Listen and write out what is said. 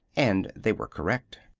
and they were correct.